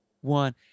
one